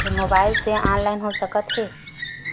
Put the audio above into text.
Mobile से online हो सकत हे?